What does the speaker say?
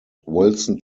wilson